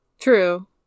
true